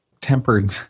tempered